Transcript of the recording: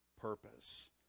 purpose